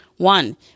One